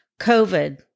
covid